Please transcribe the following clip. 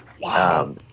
Wow